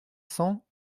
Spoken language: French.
cents